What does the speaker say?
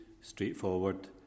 straightforward